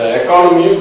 economy